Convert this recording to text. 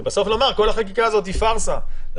ובסוף לומר שכל החקיקה הזאת היא פארסה כי